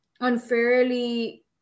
unfairly